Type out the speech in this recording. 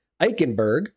Eichenberg